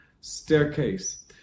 staircase